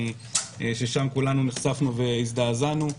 ששם כולנו נחשפנו והזדעזענו,